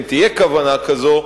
אם תהיה כוונה כזאת,